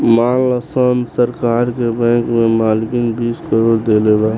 मानल सन सरकार के बैंक के मालिक बीस करोड़ देले बा